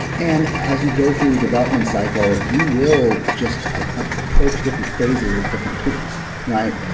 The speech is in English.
and as you go through the development cycle, you will just ah approach different phases with different tools, right?